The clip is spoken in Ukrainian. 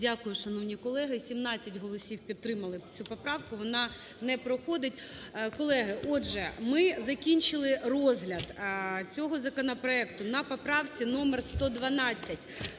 Дякую, шановні колеги. 17 голосів підтримали цю поправку. Вона не проходить. Колеги, отже, ми закінчили розгляд цього законопроекту на поправці номер 112.